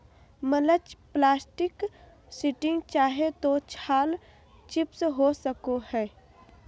mulch plastic sheeting चाहे तो छाल चिप्स हो सको हइ